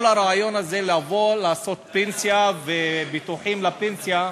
כל הרעיון הזה, לעשות פנסיה וביטוחים לפנסיה,